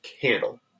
candle